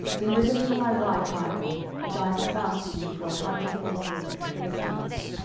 deliver me my wife michal, which i espoused to me for an hundred foreskins of the philistines.